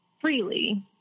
freely